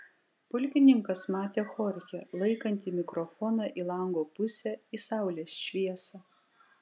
pulkininkas matė chorchę laikantį mikrofoną į lango pusę į saulės šviesą